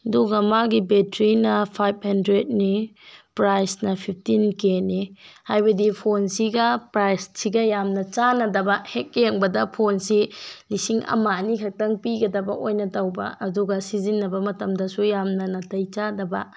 ꯑꯗꯨꯒ ꯃꯥꯒꯤ ꯕꯦꯇ꯭ꯔꯤꯅ ꯐꯥꯏꯚ ꯍꯟꯗ꯭ꯔꯦꯗꯅꯤ ꯄ꯭ꯔꯥꯏꯖꯅ ꯐꯤꯐꯇꯤꯟ ꯀꯦꯅꯤ ꯍꯥꯏꯕꯗꯤ ꯐꯣꯟꯁꯤꯒ ꯄ꯭ꯔꯥꯏꯖꯁꯤꯒ ꯌꯥꯝꯅ ꯆꯥꯟꯅꯗꯕ ꯍꯦꯛ ꯌꯦꯡꯕꯗ ꯐꯣꯟꯁꯤ ꯂꯤꯁꯤꯡ ꯑꯃ ꯑꯅꯤ ꯈꯛꯇꯪ ꯄꯤꯒꯗꯕ ꯑꯣꯏꯅ ꯇꯧꯕ ꯑꯗꯨꯒ ꯁꯤꯖꯤꯟꯅꯕ ꯃꯇꯝꯗꯁꯨ ꯌꯥꯝꯅ ꯅꯥꯇꯩ ꯆꯥꯗꯕ